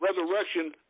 resurrection